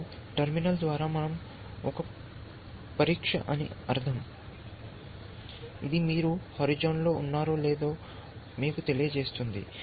మరియు టెర్మినల్ ద్వారా మనం ఒక పరీక్ష అని అర్థం ఇది మీరు హోరిజోన్ లో ఉన్నారో లేదో మీకు తెలియజేస్తుంది